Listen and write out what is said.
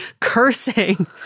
cursing